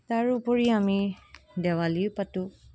তাৰ উপৰিও আমি দেৱালীও পাতোঁ